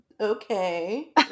Okay